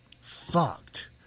fucked